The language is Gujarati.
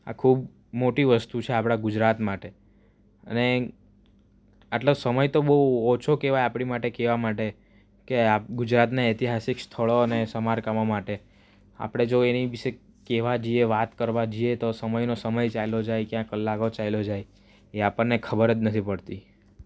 આ ખૂબ મોટી વસ્તુ છે આપણા ગુજરાત માટે અને આટલો સમય તો બહુ ઓછો કહેવાય આપણી માટે કેવા માટે કે આ ગુજરાતના ઐતિહાસિક સ્થળો ને સમારકામો માટે આપણે એની વિશે કહેવા જઈએ વાત કરવા જઈએ તો તો આનો સમય ચાલ્યો જાય ક્યાંક ક્યાંક કલાકો ચાલ્યો જાય અને આપણને ખબર જ નથી પડતી